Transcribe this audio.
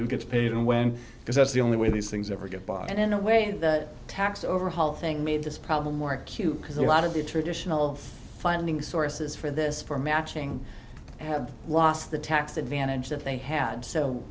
who gets paid and when because that's the only way these things ever get bought and in a way that tax overhaul thing made this problem more acute because a lot of the traditional funding sources for this for matching have lost the tax advantage that they had so